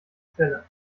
stelle